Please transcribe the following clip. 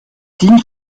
ting